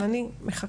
אבל אני מחכה.